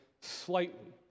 slightly